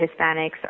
Hispanics